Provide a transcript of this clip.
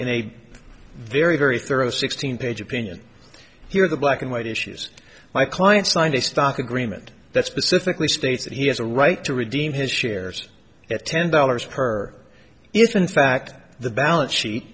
in a very very thorough sixteen page opinion here the black and white issues my client signed a stock agreement that specifically states that he has a right to redeem his shares at ten dollars per if in fact the balance she